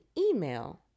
email